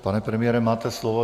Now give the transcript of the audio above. Pane premiére, máte slovo.